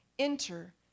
Enter